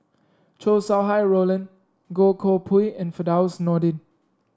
Chow Sau Hai Roland Goh Koh Pui and Firdaus Nordin